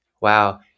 wow